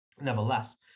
Nevertheless